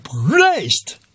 raised